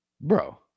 Bro